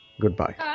goodbye